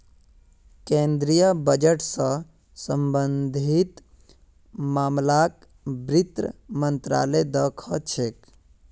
केन्द्रीय बजट स सम्बन्धित मामलाक वित्त मन्त्रालय द ख छेक